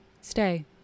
stay